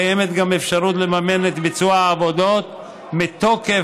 קיימת גם אפשרות לממן את ביצוע העבודות מתוקף